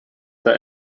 der